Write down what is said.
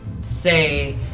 say